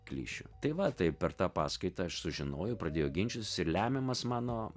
klišių tai va tai per tą paskaitą aš sužinojau pradėjo ginčytis ir lemiamas mano